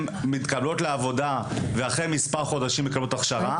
מתקבלות לעבודה ואחרי מספר חודשים מקבלות הכשרה,